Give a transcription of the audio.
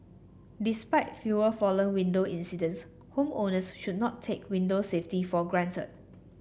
despite fewer fallen window incidents homeowners should not take window safety for granted